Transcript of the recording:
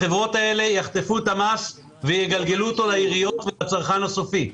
החברות האלה יחטפו את המס ויגלגלו אותו לעיריות ולצרכן הסופי.